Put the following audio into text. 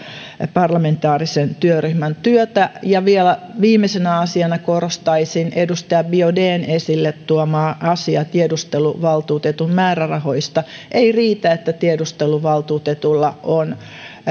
parlamentaarisen työryhmän työtä vielä viimeisenä asiana korostaisin edustaja biaudetn esille tuomaa asiaa tiedusteluvaltuutetun määrärahoista ei riitä että tiedusteluvaltuutetulla on